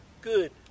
good